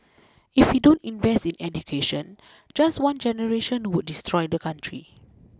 if we don't invest in education just one generation would destroy the country